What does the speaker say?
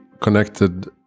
connected